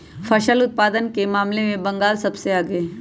फसल उत्पादन के मामले में बंगाल सबसे आगे हई